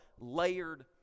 layered